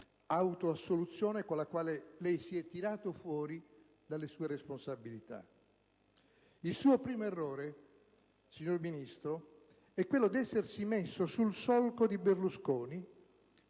autoassoluzione con la quale lei si è tirato fuori dalle sue responsabilità. Il suo primo errore, signor Ministro, è quello di essersi messo sul solco di Berlusconi